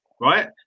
right